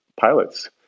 pilots